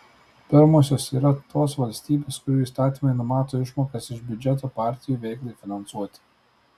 pirmosios yra tos valstybės kurių įstatymai numato išmokas iš biudžeto partijų veiklai finansuoti